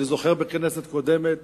אני זוכר שבכנסת קודמת